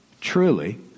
truly